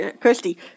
Christy